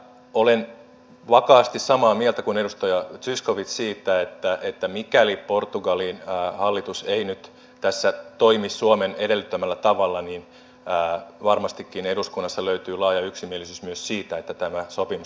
olen vakaasti samaa mieltä kuin edustaja zyskowicz siitä että mikäli portugalin hallitus ei nyt tässä toimi suomen edellyttämällä tavalla niin varmastikin eduskunnassa löytyy laaja yksimielisyys myös siitä että tämä sopimus täytyy irtisanoa